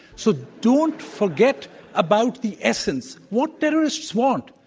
so don't forget about the essence. what terrorists want.